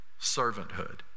servanthood